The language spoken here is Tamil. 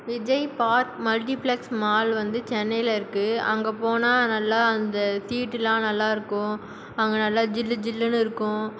விஜய் பார்க் மல்டிபிளக்ஸ் மால் வந்து சென்னையில் இருக்குது அங்கே போனால் நல்லா இந்த சீட்டெலாம் நல்லாயிருக்கும் அங்கே நல்லா ஜில்லு ஜில்லுனு இருக்கும்